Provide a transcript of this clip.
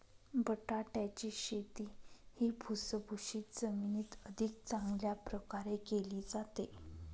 बटाट्याची शेती ही भुसभुशीत जमिनीत अधिक चांगल्या प्रकारे केली जाते